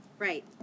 Right